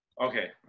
Okay